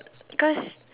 cause